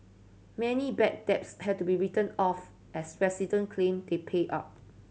many bad debts had to be written off as resident claim they paid up